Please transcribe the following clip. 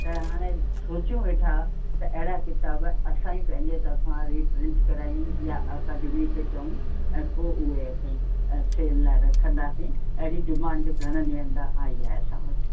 त हाणे सोचियूं वेठा त अहिड़ा किताब असां ई पंहिंजे तरफां रीप्रिंट करायूं या अकेडमी खे चऊं ऐं पोइ उहे असीं सेल लाइ रखंदासीं अहिड़ी डिमांड घणनि जे अंदरि आई आहे असां वटि